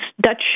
Dutch